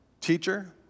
Teacher